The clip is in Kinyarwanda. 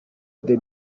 the